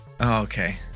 Okay